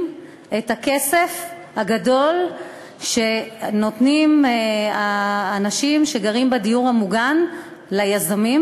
את הכסף הגדול שנותנים האנשים שגרים בדיור המוגן ליזמים,